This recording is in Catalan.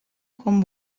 com